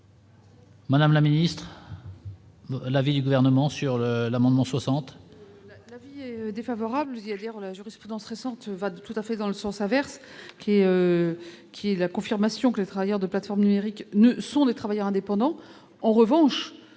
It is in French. Madame la Ministre. L'avis du gouvernement sur l'amendement 60.